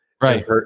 Right